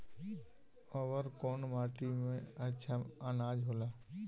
अवर कौन माटी मे अच्छा आनाज होला?